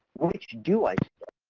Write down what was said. which do i start?